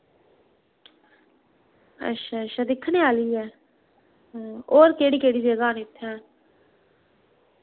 अच्छा अच्छा दिक्खने आह्ली ऐ होर केह्ड़ी केह्ड़ी जगह न इत्थै